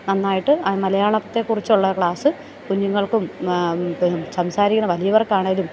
നന്നായിട്ട് മലയാളത്തെ കുറിച്ചുള്ള ക്ലാസ്സ് കുഞ്ഞുങ്ങൾക്കും സംസാരിക്കുന്ന വലിയവർകാണേലും